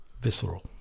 Visceral